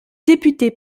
député